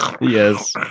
Yes